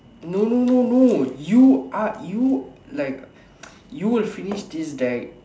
no no no no you ask you like you will finish this deck